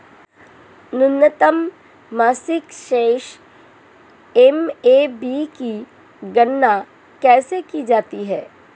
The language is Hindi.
न्यूनतम मासिक शेष एम.ए.बी की गणना कैसे की जाती है?